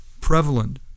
prevalent